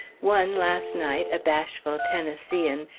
one, last night, a bashful tennesseean,